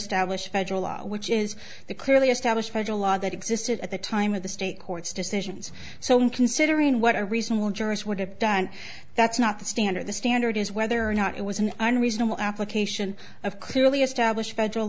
established federal law which is the clearly established federal law that existed at the time of the state court's decisions so when considering what a reasonable jurors would have done that's not the standard the standard is whether or not it was an unreasonable application of clearly established federal